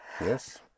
Yes